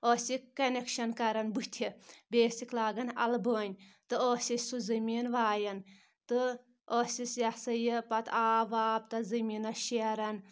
ٲسکھ کنیکشَن کَرَان بٕتھِ بیٚیہِ ٲسِکھ لاگان اَلبٲنۍ تہٕ ٲسۍ أسۍ سُہ زٔمیٖن وایَان تہٕ ٲسۍ یہِ ہَسا یہِ پَتہٕ آب واب تَتھ زٔمیٖنَس شیران